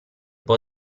può